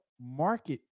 market